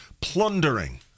plundering